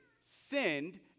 sinned